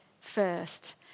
first